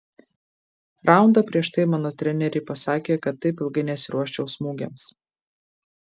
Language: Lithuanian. raundą prieš tai mano treneriai pasakė kad taip ilgai nesiruoščiau smūgiams